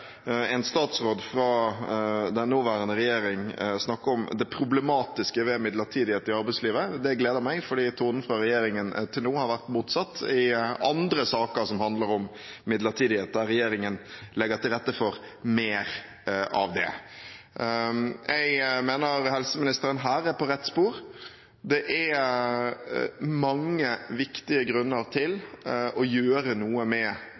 en statsråd fra den nåværende regjering snakke om det problematiske ved midlertidighet i arbeidslivet. Det gleder meg, fordi tonen fra regjeringen til nå har vært motsatt i andre saker som handler om midlertidighet, der regjeringen legger til rette for mer av det. Jeg mener at helseministeren her er på rett spor. Det er mange viktige grunner til å gjøre noe med